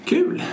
Kul